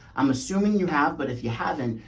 i'm assuming you have, but if you haven't,